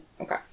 Okay